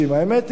האמת היא,